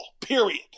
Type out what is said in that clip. period